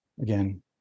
again